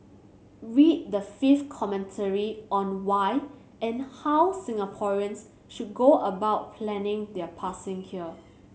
read the fifth commentary on why and how Singaporeans should go about planning their passing here